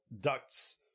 ducts